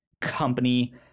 company